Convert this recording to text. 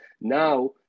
now